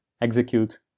execute